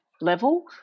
level